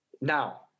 Now